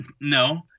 No